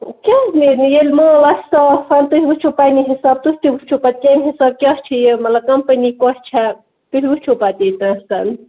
کیٛازِ نیرِنہٕ ییٚلہِ مال آسہِ صاف تُہۍ وُچھِو پنٕنہِ حِساب تُہۍ تہِ وُچھو پَتہٕ کَمہِ حِسابہٕ کیٛاہ چھِ یہِ مطلب کَمپٔنی کۄس چھےٚ تُہۍ وُچھو پَتہٕ ییٚتِنس